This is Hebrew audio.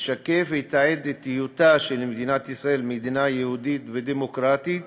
ישקף ויתעד את היותה של מדינת ישראל מדינה יהודית ודמוקרטית,